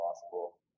possible